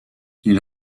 ils